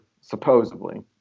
supposedly